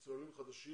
אצל עולים חדשים